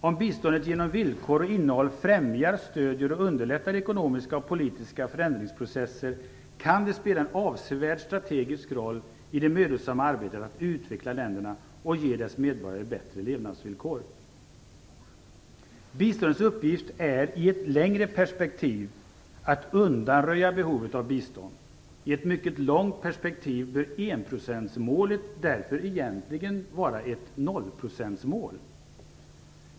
Om biståndet genom villkor och innehåll främjar, stödjer och underlättar ekonomiska och politiska förändringsprocesser kan det spela en avsevärd strategisk roll i det mödosamma arbetet att utveckla länderna och ge deras medborgare bättre levnadsvillkor. Biståndets uppgift är i ett längre perspektiv att undanröja behovet av bistånd. I ett mycket långt perspektiv bör enprocentsmålet därför egentligen vara ett nollprocentsmål.